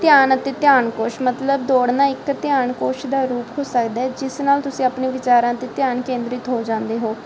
ਧਿਆਨ ਅਤੇ ਧਿਆਨ ਕੋਸ਼ ਮਤਲਬ ਦੌੜਨਾ ਇੱਕ ਧਿਆਨ ਕੋਸ਼ ਦਾ ਰੂਪ ਹੋ ਸਕਦਾ ਜਿਸ ਨਾਲ ਤੁਸੀਂ ਆਪਣੇ ਵਿਚਾਰਾਂ 'ਤੇ ਧਿਆਨ ਕੇਂਦਰਿਤ ਹੋ ਜਾਂਦੇ ਹੋ